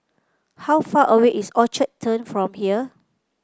how far away is Orchard Turn from here